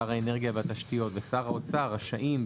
שר האנרגיה והתשתיות ושר האוצר - רשאים,